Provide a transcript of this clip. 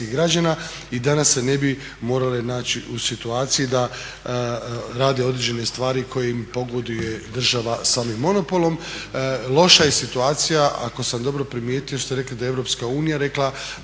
građana i danas se ne bi morale naći u situaciji da rade određene stvari koje im pogoduje država samim monopolom. Loša je situacija ako sam dobro primijetio ste rekli da je Europska unija rekla